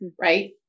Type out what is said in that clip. right